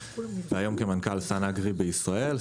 והיום כמנכ"ל SunAgri בישראל.